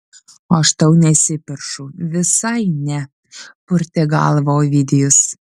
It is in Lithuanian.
aš tau nesiperšu visai ne purtė galvą ovidijus